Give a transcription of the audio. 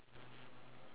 ya